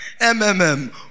MMM